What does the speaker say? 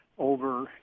over